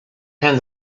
and